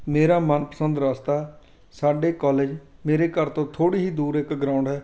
ਮੇਰਾ ਮਨਪਸੰਦ ਰਸਤਾ ਸਾਡੇ ਕੋਲਜ ਮੇਰੇ ਘਰ ਤੋਂ ਥੋੜ੍ਹੀ ਹੀ ਦੂਰ ਇੱਕ ਗਰਾਉਂਡ ਹੈ